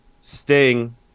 Sting